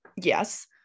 Yes